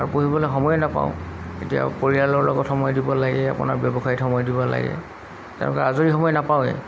আৰু পঢ়িবলৈ সময় নাপাওঁ এতিয়া পৰিয়ালৰ লগত সময় দিব লাগে আপোনাৰ ব্যৱসায়ত সময় দিব লাগে তেনেকৈ আজৰি সময় নাপাৱেই